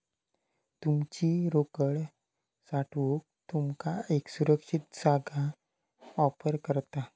तुमची रोकड साठवूक तुमका एक सुरक्षित जागा ऑफर करता